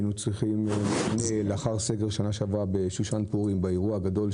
בשנה שעברה לאחר